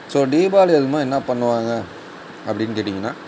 so Deepavali அதுவுமா என்னா பண்ணுவாங்க அப்படின்னு கேட்டிங்கன்னால்